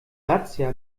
razzia